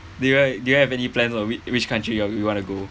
do you have any plans on which which country you we want to go